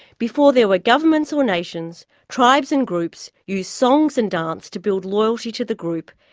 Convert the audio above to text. before there were governments or nations, tribes and groups used songs and dance to build loyalty to the group,